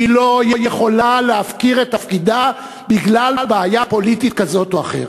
והיא לא יכולה להפקיר את תפקידה בגלל בעיה פוליטית כזאת או אחרת.